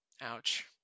Ouch